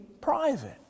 private